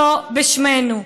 לא בשמנו.